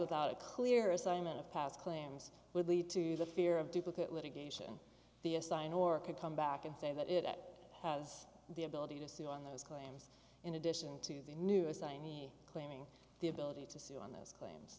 without a clear assignment of past claims would lead to the fear of duplicate litigation the assign or could come back and say that it has the ability to sue on those claims in addition to the new assignee claiming the ability to sue on those claims